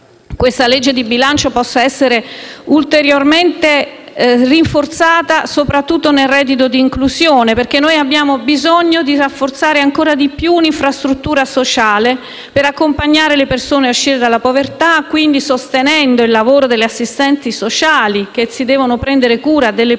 questa legge di bilancio possa essere ulteriormente rinforzata, soprattutto nel reddito di inclusione, perché abbiamo bisogno di rafforzare ancora di più l'infrastruttura sociale per accompagnare le persone fuori dalla povertà, sostenendo per questo il lavoro degli assistenti sociali, che si devono prendere cura delle persone